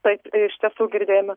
taip iš tiesų girdėjome